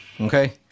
Okay